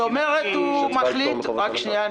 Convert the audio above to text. רק שנייה.